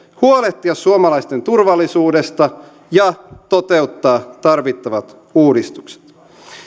huolehtia suomalaisten turvallisuudesta ja toteuttaa tarvittavat uudistukset